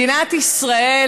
מדינת ישראל